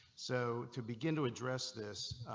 so to begin to address this.